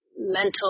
mental